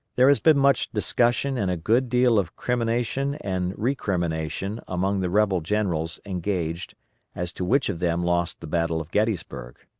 there has been much discussion and a good deal of crimination and recrimination among the rebel generals engaged as to which of them lost the battle of gettysburg.